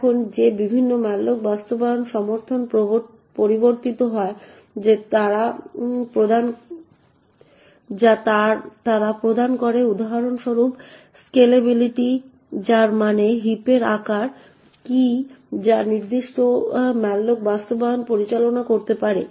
এখন এই বিভিন্ন malloc বাস্তবায়ন সমর্থনে পরিবর্তিত হয় যা তারা প্রদান করে উদাহরণ স্বরূপ স্কেলেবিলিটি যার মানে হিপের আকার কী যা নির্দিষ্ট malloc বাস্তবায়ন পরিচালনা করতে পারে